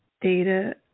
data